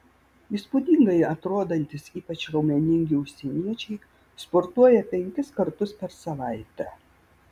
įspūdingai atrodantys ypač raumeningi užsieniečiai sportuoja penkis kartus per savaitę